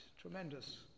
tremendous